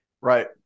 Right